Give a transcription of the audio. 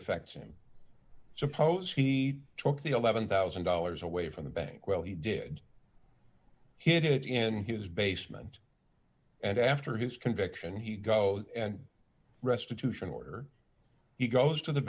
affects him suppose he took the eleven thousand dollars away from the bank well he did it in his basement and after his conviction he go and restitution order he goes to the